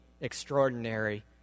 extraordinary